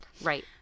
Right